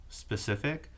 specific